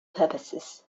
purposes